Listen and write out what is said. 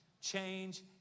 Change